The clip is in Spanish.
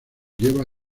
lleve